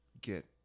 get